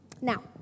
Now